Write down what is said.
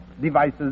devices